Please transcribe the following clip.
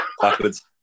backwards